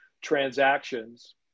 transactions